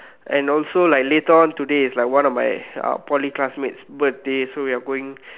and also like later on today is like one of my uh Poly classmate's birthday so we are going